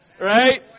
Right